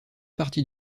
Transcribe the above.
partie